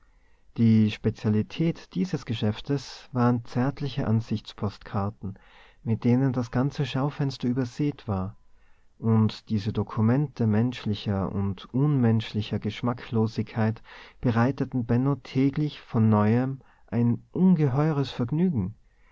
die spezialität dieses geschäftes waren zärtliche ansichtspostkarten mit denen das ganze schaufenster übersät war und diese dokumente menschlicher und unmenschlicher geschmacklosigkeit bereiteten benno täglich von neuem ein ungeheures vergnügen